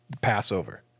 Passover